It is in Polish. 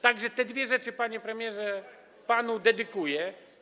Tak że te dwie rzeczy, panie premierze, panu dedykuję.